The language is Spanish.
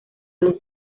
los